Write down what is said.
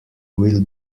will